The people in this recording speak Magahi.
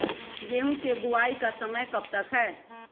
गेंहू की बुवाई का समय कब तक है?